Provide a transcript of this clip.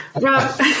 Rob